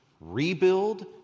rebuild